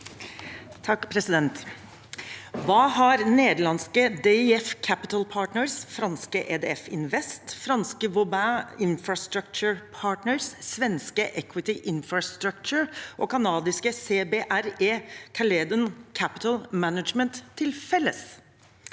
Hva har neder- landske DIF Capital Partners, franske EDF Invest, franske Vauban Infrastructure Partners, svenske EQT Infrastructure og kanadiske CBRE Caledon Capital Management til felles?